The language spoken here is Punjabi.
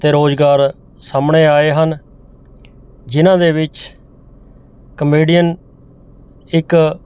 ਅਤੇ ਰੁਜ਼ਗਾਰ ਸਾਹਮਣੇ ਆਏ ਹਨ ਜਿਨ੍ਹਾਂ ਦੇ ਵਿੱਚ ਕਮੇਡੀਅਨ ਇੱਕ